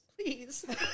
please